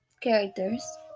characters